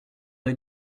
œil